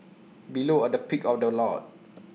below are the pick of the lot